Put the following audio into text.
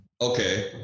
Okay